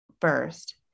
first